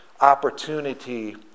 opportunity